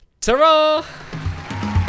Ta-ra